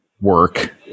work